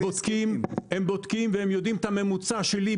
הם בודקים והם יודעים בדיוק את הממוצע שלי,